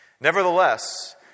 Nevertheless